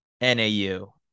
NAU